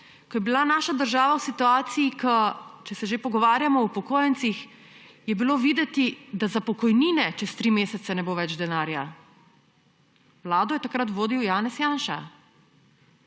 ko je bila naša država v situaciji, če se že pogovarjamo o upokojencih, ko je bilo videti, da za pokojnine čez tri mesece ne bo več denarja. Vlado je takrat vodil Janez Janša,